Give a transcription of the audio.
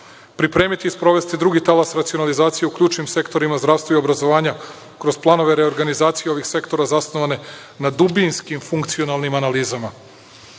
Pripremiti i sprovesti drugi talas racionalizacije u ključnim sektorima zdravstva i obrazovanja, kroz planove reorganizacije ovih sektora zasnovane na dubinskim funkcionalnim analizama.